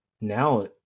now